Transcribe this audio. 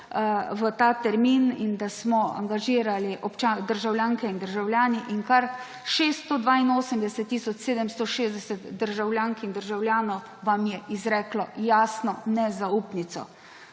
v ta termin in da smo angažirali državljanke in državljane. In kar 682 tisoč 760 državljank in državljanov vam je izreklo jasno nezaupnico.